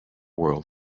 world